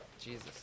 Jesus